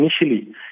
initially